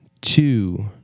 two